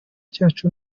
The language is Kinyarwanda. cyacu